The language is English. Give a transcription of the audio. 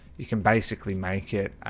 you can basically make it